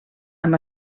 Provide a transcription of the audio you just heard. amb